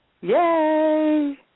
Yay